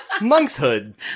monkshood